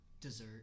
Dessert